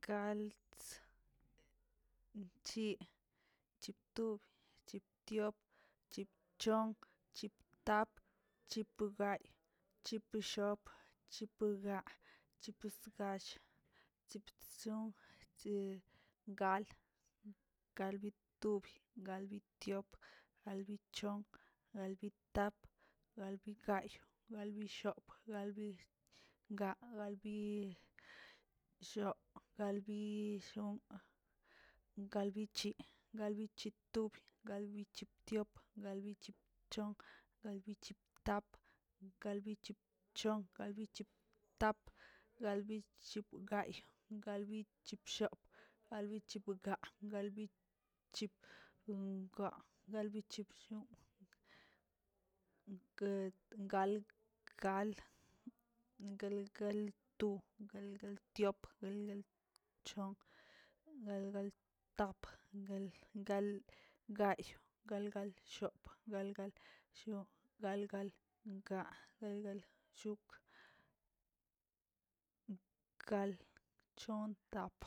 galds, chi, chiptu, chipdiop, chiptap, chipgay, chipshop, chipga, chipsgall, chipstson, gal, galbitubi, galbidiop, galbichon, galbitap, galbigay, galbishop, galbiga, galbi cho, galbishon, galbichi, galbichiptub, galbichopdiop, galbichipchon, galbichiptap, galbichipchonꞌ, galbichiptap, galbichipgay, galbichipshop, galbichipgaa, galbichipga, galbichipshon, galg gal, galgaltu, galgaldiop, galgalchon, galgaltap, galgalgayꞌ, galgalshop, galgalshon, galgalga, galgalshok, gal chontap.